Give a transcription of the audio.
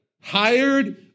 hired